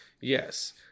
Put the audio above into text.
Yes